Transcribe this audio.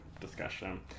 discussion